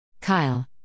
Kyle